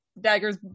Dagger's